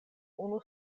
unu